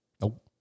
Nope